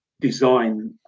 design